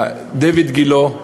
דיויד גילה,